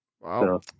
Wow